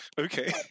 okay